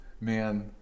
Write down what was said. Man